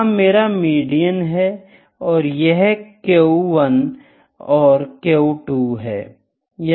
यह मेरा मीडियन है और यह Q 1 और Q 2 है